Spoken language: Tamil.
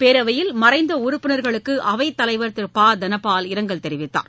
பேரவையில் மறைந்த உறுப்பினர்களுக்கு அவை தலைவர் திரு ப தனபால் இரங்கல் தெரிவித்தார்